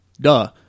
Duh